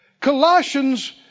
Colossians